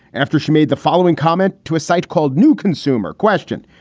after she made the following comment to a site called new consumer question,